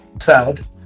Sad